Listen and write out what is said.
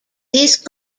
these